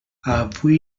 avui